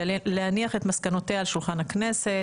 ולהניח את מסקנותיה על שולחן הכנסת.